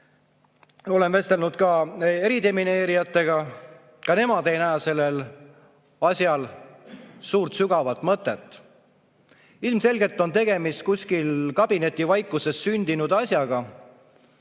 Olen vestelnud eridemineerijatega, ka nemad ei näe sellel asjal suurt ja sügavat mõtet. Ilmselgelt on tegemist kuskil kabinetivaikuses sündinud asjaga,